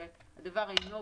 שהדבר אינו ברור,